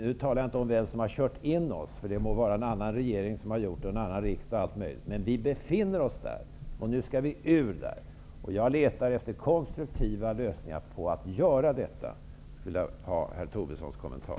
Nu talar jag inte om vem som har kört in oss i den -- det må vara en annan regering, en annan riksdag, osv. -- men vi befinner oss där och måste komma därifrån. Jag letar efter konstruktiva lösningar för att göra detta. Jag skulle vilja ha herr Tobissons kommentar.